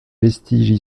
vestiges